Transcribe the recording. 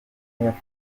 yafunze